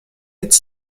its